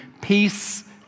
peace